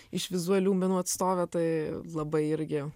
iš vizualių menų atstovė tai labai irgi